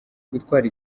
gutwara